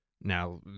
Now